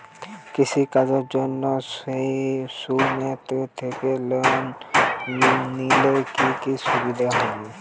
কৃষি কাজের জন্য সুমেতি থেকে লোন নিলে কি কি সুবিধা হবে?